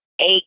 eight